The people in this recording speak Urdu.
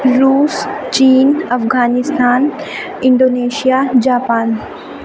روس چین افغانستان انڈونیشیا جاپان